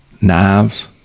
knives